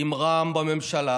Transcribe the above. עם רע"מ בממשלה?